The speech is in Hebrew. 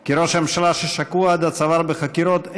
כי "ראש הממשלה ששקוע עד הצוואר בחקירות,